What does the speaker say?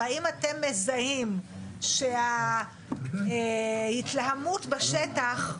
והאם אתם מזהים, שההתלהמות בשטח,